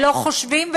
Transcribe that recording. ולא חושבים,